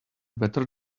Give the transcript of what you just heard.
better